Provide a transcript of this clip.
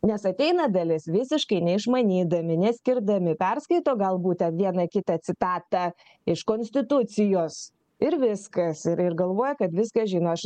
nes ateina dalis visiškai neišmanydami neskirdami perskaito galbūt ten vieną kitą citatą iš konstitucijos ir viskas ir ir galvoja kad viską žino aš